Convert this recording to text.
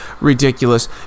ridiculous